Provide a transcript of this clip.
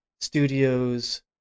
studios